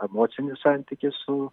emocinį santykį su